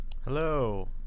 Hello